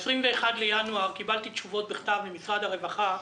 ב-21 בינואר קיבלתי תשובות בכתב מאנשי משרד הרווחה,